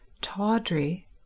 tawdry